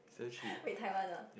wait Taiwan ah